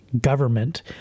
government